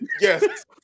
yes